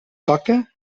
toca